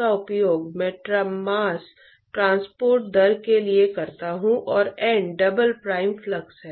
आती है और मास्स ट्रांसपोर्ट भी एक भूमिका निभाता है